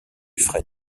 fret